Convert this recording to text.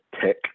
tech